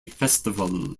festival